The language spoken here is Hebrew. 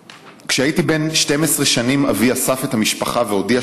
כשהייתי בן 12 שנים אבי אסף את המשפחה והודיע